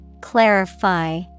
Clarify